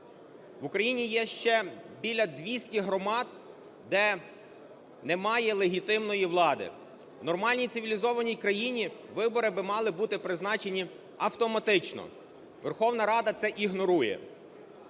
В Україні є ще біля 200 громад, де немає легітимної влади. В нормальній цивілізованій країні вибори би мали бути призначені автоматично. Верховна Рада це ігнорує.